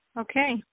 Okay